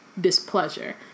displeasure